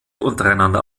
untereinander